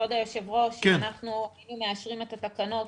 כבוד היושב-ראש, אם אנחנו מאשרים את התקנות